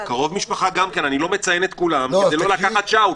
אני לא מציין את כולם כדי לא לקחת שעה,